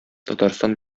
татарстан